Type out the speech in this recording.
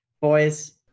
Boys